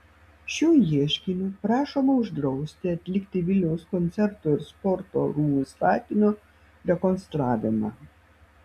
šiuo ieškiniu prašoma uždrausti atlikti vilniaus koncertų ir sporto rūmų statinio rekonstravimą